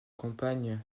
compagne